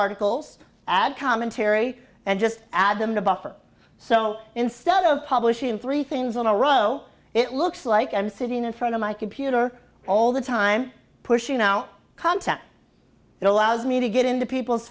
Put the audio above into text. articles add commentary and just add them to buffer so instead of publishing three things in a row it looks like i'm sitting in front of my computer all the time pushing now content that allows me to get into people's